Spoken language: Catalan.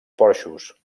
porxos